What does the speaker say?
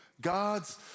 God's